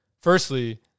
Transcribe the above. Firstly